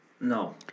No